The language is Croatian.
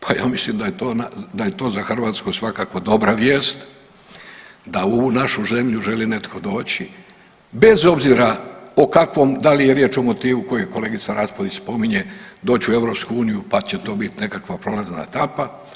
Pa ja mislim da je to za Hrvatsku svakako dobra vijest, da u našu zemlju želi netko doći bez obzira o kakvom, da li je riječ o motivu koji kolegica Raspudić spominje, doći u EU pa će to biti nekakva prolazna etapa.